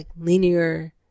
linear